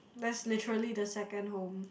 that's literally the second home